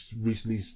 recently